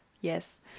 yes